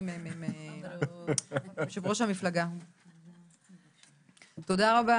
תודה רבה